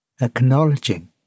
acknowledging